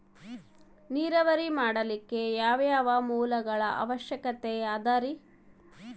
ನೇರಾವರಿ ಮಾಡಲಿಕ್ಕೆ ಯಾವ್ಯಾವ ಮೂಲಗಳ ಅವಶ್ಯಕ ಅದರಿ?